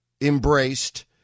embraced